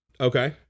Okay